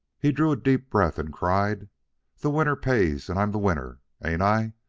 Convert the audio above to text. he drew a deep breath and cried the winner pays, and i'm the winner, ain't i?